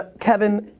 kevin,